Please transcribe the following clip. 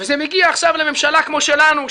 זה מגיע עכשיו לממשלה כמו שלנו,